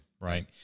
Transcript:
right